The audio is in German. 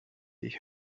ich